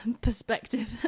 perspective